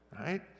right